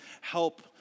help